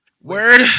Word